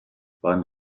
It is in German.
bahn